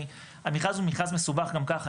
המכרז הוא מכרז מסובך גם ככה,